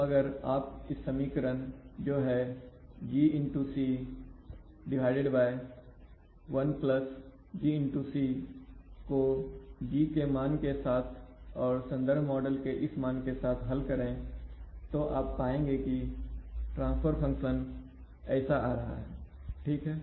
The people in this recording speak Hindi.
तो अगर आप इस समीकरण जो है GGc 1GGcको G के इस मान के साथ और संदर्भ मॉडल के इस मान के साथ हल करें तो आप पाएंगे कि ट्रांसफर फंक्शन ऐसा आ रहा है ठीक है